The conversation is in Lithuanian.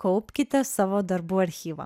kaupkite savo darbų archyvą